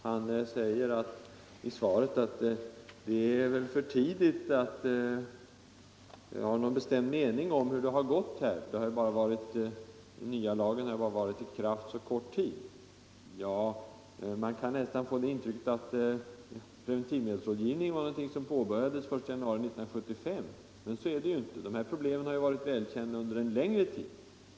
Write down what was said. Han säger i svaret att det är väl för tidigt att ha någon bestämd mening om hur det har gått — den nya lagen har varit i kraft så kort tid. Man kan nästan få intrycket att preventivmedelsrådgivning är någonting som påbörjades den 1 januari 1975. Men så är det ju inte. De här problemen har varit välkända under en längre tid.